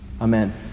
Amen